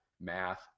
math